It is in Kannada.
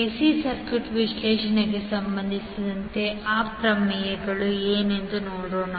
ac ಸರ್ಕ್ಯೂಟ್ ವಿಶ್ಲೇಷಣೆಗೆ ಸಂಬಂಧಿಸಿದಂತೆ ಆ ಪ್ರಮೇಯಗಳು ಏನೆಂದು ನೋಡೋಣ